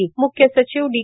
म्ख्य सचिव डी